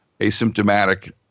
asymptomatic